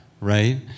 right